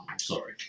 Sorry